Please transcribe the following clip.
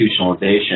institutionalization